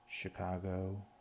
Chicago